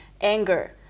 anger